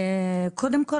קודם כל,